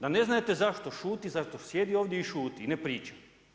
Da ne znate, zašto šuti, zašto sjedi ovdje i šuti i ne priča.